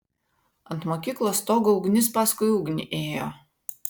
ant mokyklos stogo ugnis paskui ugnį ėjo